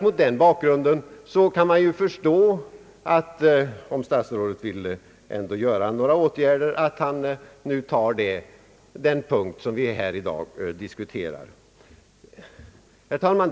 Mot den bakgrunden kan man givetvis förstå att statsrådet, om han ändå vill vidta några åtgärder, tar just den punkt vi i dag diskuterar. Herr talman!